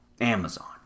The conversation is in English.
Amazon